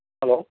hello